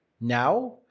now